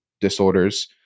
disorders